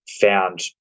found